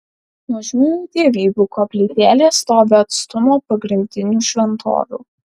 nuožmiųjų dievybių koplytėlės stovi atstu nuo pagrindinių šventovių